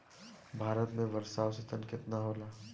भारत में वर्षा औसतन केतना होला?